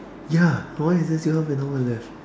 ya why is there still half an hour left